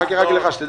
אתה מכיר את זה?